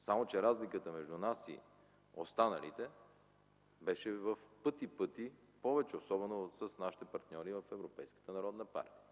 Само че разликата между нас и останалите беше в пъти, пъти повече, особено с нашите партньори в Европейската народна партия.